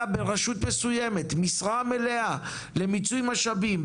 ברשות מסוימת משרה מלאה במיצוי משאבים,